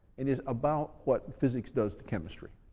and is about what physics does to chemistry.